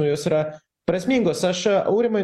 na jos yra prasmingos aš aurimai